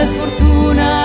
fortuna